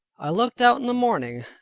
i looked out in the morning,